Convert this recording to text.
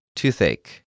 Toothache